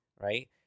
right